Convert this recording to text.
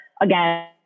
again